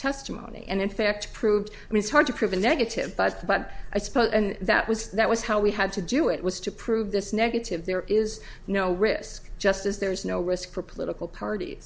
testimony and in fact proved i mean it's hard to prove a negative but i suppose that was that was how we had to do it was to prove this negative there is no risk just as there is no risk for political parties